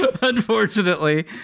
unfortunately